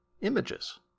images